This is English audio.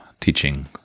teaching